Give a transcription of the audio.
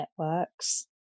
networks